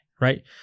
right